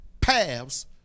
paths